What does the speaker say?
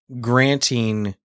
granting